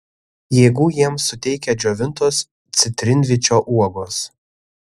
jėgų jiems suteikia džiovintos citrinvyčio uogos